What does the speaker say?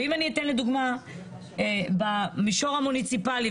ואני אתן דוגמה במישור המוניציפלי,